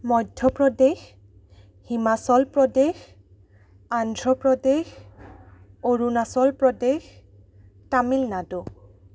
Madhya Pradesh Himachal Pradesh Andhra Pradesh Arunachal Pradesh Tamil Nadu